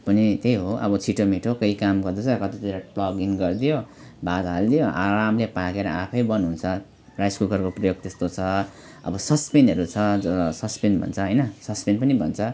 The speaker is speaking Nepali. पनि त्यही हो अब छिटो मिठो केही काम गर्दैछ कतैतिर प्लग इन गरिदियो भात हालिदियो आरामले पाकेर आफै बन्द हुन्छ राइस कुकरको प्रयोग त्यस्तो छ अब सस्पेनहरू छ जसलाई सस्पेन भन्छ होइन सस्पेन पनि भन्छ